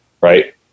right